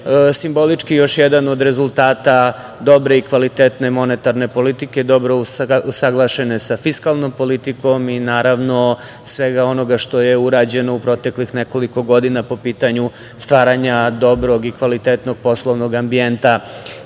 simbolički još jedan od rezultata dobre i kvalitetne monetarne politike, dobro usaglašene sa fiskalnom politikom i naravno svega onoga što je urađeno u proteklih nekoliko godina po pitanju stvaranja dobrog i kvalitetnog poslovnog ambijenta